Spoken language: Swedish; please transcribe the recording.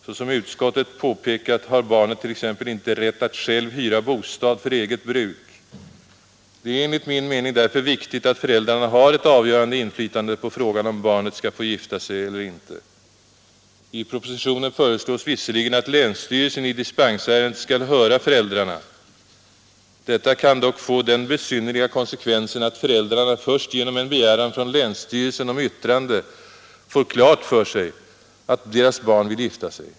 Såsom utskottet också påpekar har barnet t.ex. inte rätt att självt hyra bostad för eget bruk. Det är enligt min mening därför viktigt att fö frågan, om barnet skall få gifta sig eller inte. I propositionen föreslås Idrarna har ett avgörande inflytande på visserligen att länsstyrelsen i dispensärendet skall höra föräldrarna. Detta kan dock få den besynnerliga konsekvensen att föräldrarna först genom en begäran från länsstyrelsen om yttrande får klart för sig, att deras barn vill gifta sig.